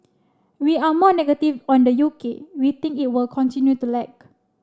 we are more negative on the U K we think it will continue to lag